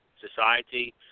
Society